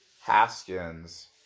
Haskins